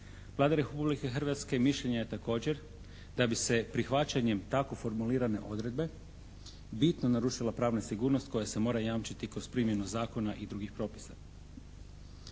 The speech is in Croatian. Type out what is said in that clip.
Vlada Republike Hrvatske mišljenja je također da bi se prihvaćanjem tako formulirane odredbe bitno narušila pravna sigurnost koja se mora jamčiti kroz primjenu zakona i drugih propisa.